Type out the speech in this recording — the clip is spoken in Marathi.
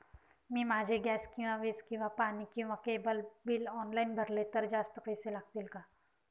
मी माझे गॅस किंवा वीज किंवा पाणी किंवा केबल बिल ऑनलाईन भरले तर जास्त पैसे लागतील का?